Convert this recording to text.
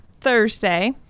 thursday